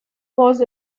was